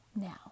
Now